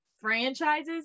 franchises